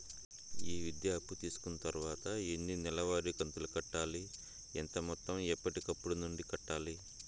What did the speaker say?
ఈ విద్యా అప్పు తీసుకున్న తర్వాత ఎన్ని నెలవారి కంతులు కట్టాలి? ఎంత మొత్తం ఎప్పటికప్పుడు నుండి కట్టాలి?